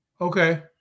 Okay